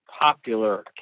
popular